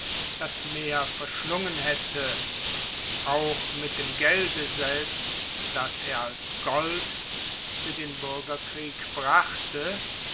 das meer verschlungen hätte auch mit dem gelbe selbst daß er als gold für den bürgerkrieg brachte